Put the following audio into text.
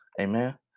Amen